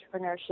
entrepreneurship